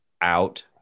out